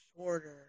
shorter